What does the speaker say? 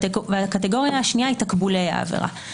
והקטגוריה השנייה היא תקבולי העבירה.